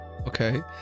Okay